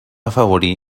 afavorir